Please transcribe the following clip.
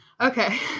Okay